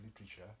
literature